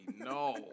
No